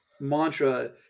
mantra